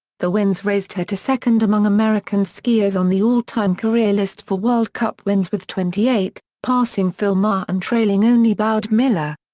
the wins raised her to second among american skiers on the all-time career list for world cup wins with twenty eight, passing phil mahre and trailing only bode miller.